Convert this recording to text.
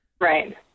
Right